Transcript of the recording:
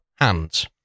Hands